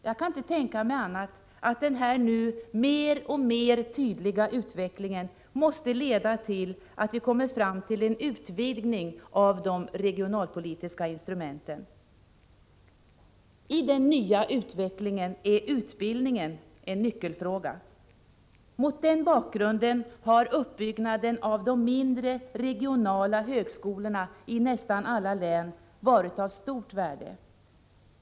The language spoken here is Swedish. Jag kan inte tänka mig annat än att den här nu mer och mer tydliga utvecklingen måste leda till att vi kommer fram till en utvidgning av de regionalpolitiska instrumenten. I den nya utvecklingen är utbildningen en nyckelfråga. Mot den bakgrunden har uppbyggnaden av de mindre, regionala högskolorna i nästan alla län varit av stort värde.